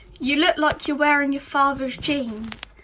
you look like you're wearing your father's jeans.